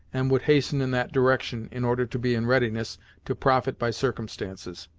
and would hasten in that direction, in order to be in readiness to profit by circumstances.